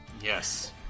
Yes